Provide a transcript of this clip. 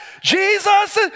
Jesus